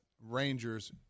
Rangers